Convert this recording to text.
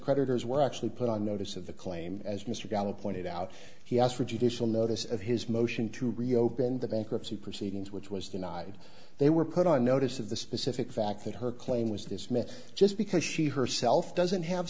creditors were actually put on notice of the claim as mr ballard pointed out he asked for judicial notice of his motion to reopen the bankruptcy proceedings which was denied they were put on notice of the specific fact that her claim was dismissed just because she herself doesn't have